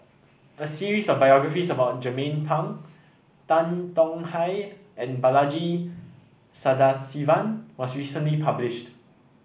a series of biographies about Jernnine Pang Tan Tong Hye and Balaji Sadasivan was recently published